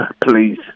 Please